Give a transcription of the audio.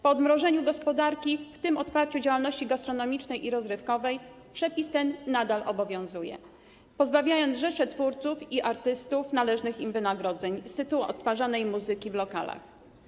Po odmrożeniu gospodarki, w tym po otwarciu działalności gastronomicznej i rozrywkowej, przepis ten nadal obowiązuje, pozbawiając rzeszę twórców i artystów należnych im wynagrodzeń z tytułu odtwarzanej muzyki w lokalach.